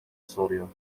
soruyor